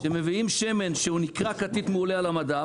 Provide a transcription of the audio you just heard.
שמביאים שמן שהוא נקרא כתית מעולה על המדף,